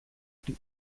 του